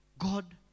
God